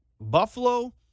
Buffalo